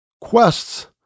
Quest's